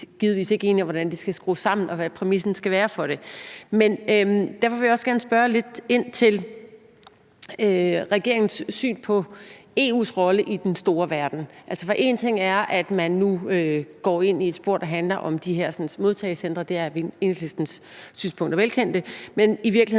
Vi er givetvis ikke enige om, hvordan det skal skrues sammen, og hvad præmissen skal være for det. Men derfor vil jeg også gerne spørge lidt ind til regeringens syn på EU's rolle i den store verden. Altså, en ting er, at man nu går ind på et spor, der handler om de her modtagecentre – der er Enhedslistens synspunkter velkendte